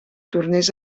tornés